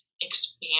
expand